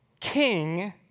king